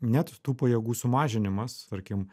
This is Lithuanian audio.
net tų pajėgų sumažinimas tarkim